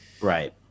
Right